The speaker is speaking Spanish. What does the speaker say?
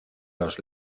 los